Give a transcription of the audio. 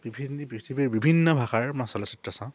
বিভিন্ন পৃথিৱীৰ বিভিন্ন ভাষাৰ মই চলচ্চিত্ৰ চাওঁ